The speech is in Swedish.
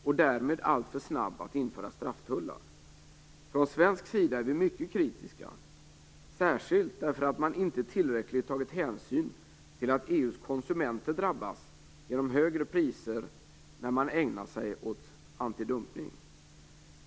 Och därmed har man varit alltför snabb att införa strafftullar. Från svensk sida är vi mycket kritiska, särskilt därför att man inte tillräckligt tagit hänsyn till att EU:s konsumenter drabbas genom högre priser när man ägnar sig åt antidumpning.